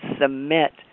Submit